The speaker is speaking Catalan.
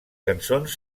cançons